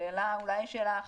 השאלה אולי היא שאלה אחרת,